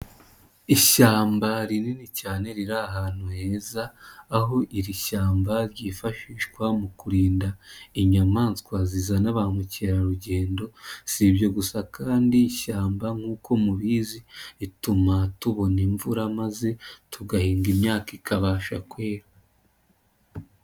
Ishyamba rinini cyane riri ahantu heza aho iri shyamba ryifashishwa mu kurinda inyamaswa zizana ba mukerarugendo. Si ibyo gusa kandi ishyamba nkuko mubizi rituma tubona imvura maze tugahinga imyaka ikabasha kwera.